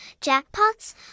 jackpots